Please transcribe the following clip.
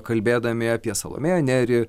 kalbėdami apie salomėją nėrį